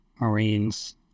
Marines